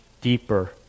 deeper